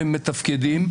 הם מתפקדים,